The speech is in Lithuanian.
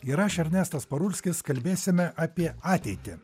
ir aš ernestas parulskis kalbėsime apie ateitį